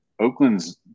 Oakland's